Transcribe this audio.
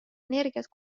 energiat